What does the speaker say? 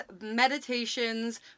meditations